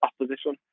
opposition